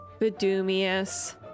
Bedumius